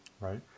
Right